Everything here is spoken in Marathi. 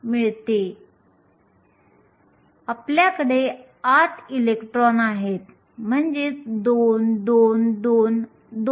मी येथे सिग्मासाठी अभिव्यक्ती लिहितो